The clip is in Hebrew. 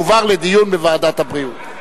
והנושא יועבר לדיון בוועדת הבריאות.